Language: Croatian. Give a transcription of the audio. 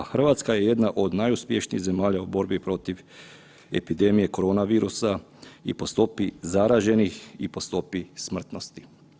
Pa Hrvatska je jedna od najuspješnijih zemalja u borbi protiv epidemije korona virusa i po stopi zaraženih i po stopi smrtnosti.